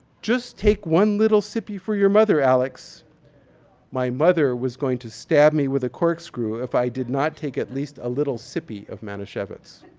just take one little sippy for your mother, alex my mother was going to stab me with a corkscrew if i did not take at least a little sippy of manischewitz.